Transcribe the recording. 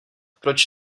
proč